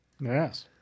Yes